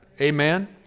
Amen